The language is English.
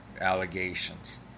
allegations